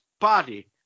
party